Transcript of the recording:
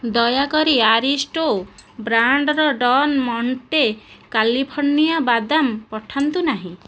ଦୟାକରି ଆରିଷ୍ଟୋ ବ୍ରାଣ୍ଡ୍ର Don Monte California ବାଦାମ ପଠାନ୍ତୁ ନାହିଁ